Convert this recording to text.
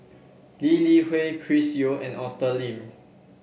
Lee Li Hui Chris Yeo and Arthur Lim